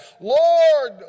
Lord